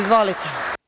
Izvolite.